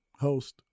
host